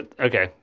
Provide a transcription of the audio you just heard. okay